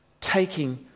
taking